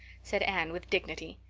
said anne with dignity.